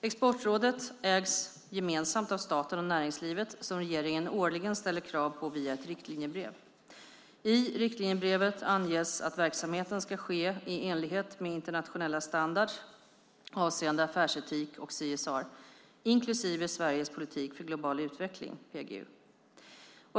Exportrådet ägs gemensamt av staten och näringslivet, som regeringen årligen ställer krav på via ett riktlinjebrev. I riktlinjebrevet anges att verksamheten ska ske i enlighet med internationell standard avseende affärsetik och CSR, inklusive Sveriges politik för global utveckling .